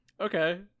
Okay